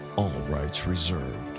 all rights reserved.